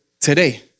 today